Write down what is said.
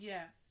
Yes